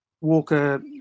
Walker